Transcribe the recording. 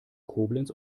koblenz